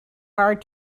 hard